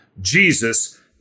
Jesus